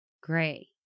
Gray